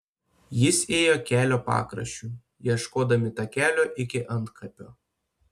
jie ėjo kelio pakraščiu ieškodami takelio iki antkapio